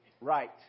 right